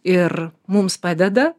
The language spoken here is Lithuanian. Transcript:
ir mums padeda